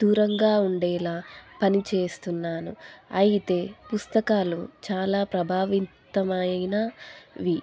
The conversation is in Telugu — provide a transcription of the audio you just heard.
దూరంగా ఉండేలా పనిచేస్తున్నాను అయితే పుస్తకాలు చాలా ప్రభావితమైనవి